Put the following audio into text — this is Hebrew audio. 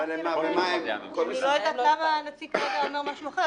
ואני לא יודעת למה נציג האנרגיה אומר משהו אחר.